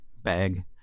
bag